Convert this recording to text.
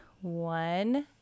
One